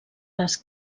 les